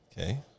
Okay